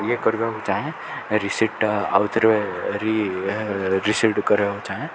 ଇଏ କରିବାକୁ ଚାହେଁ ରିସି୍ଟା ଆଉଥରେ ରିସିଭଡ଼୍ କରିବାକୁ ଚାହେଁ